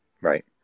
Right